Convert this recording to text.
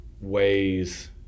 ways